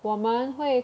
我们会